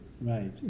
Right